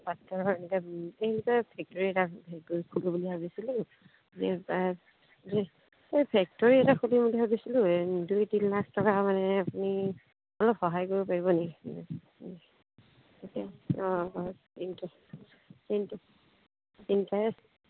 তাত হেৰি এনেকৈ এই ফেক্টৰী এটা হেৰি কৰি খুলিম বুলি ভাবিছিলোঁ এই ফেক্টৰী এটা খুলিম বুলি ভাবিছিলোঁ এই দুই তিনি লাখ টকা মানে আপুনি অলপ সহায় কৰিব পাৰিব নেকি এতিয়া অঁ অঁ ইণ্টাৰেষ্ট